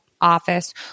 office